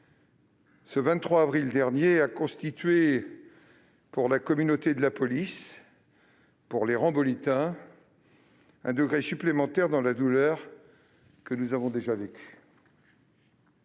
le 23 avril dernier, a constitué pour la communauté de la police et pour les Rambolitains un degré supplémentaire dans la douleur que nous avons déjà vécue.